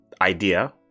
idea